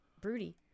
broody